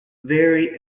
very